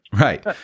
Right